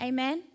Amen